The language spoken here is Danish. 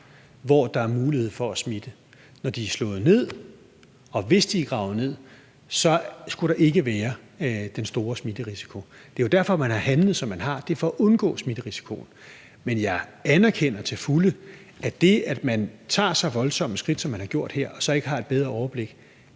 i live med mulighed for at smitte. Når de er slået ned, og hvis de er gravet ned, skulle der ikke være den store smitterisiko. Det er jo derfor, at man har handlet, som man har, altså for at undgå smitterisikoen. Men jeg anerkender til fulde, at det, at man tager så voldsomme skridt, som han har gjort her, og så ikke har et bedre overblik,